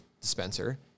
dispenser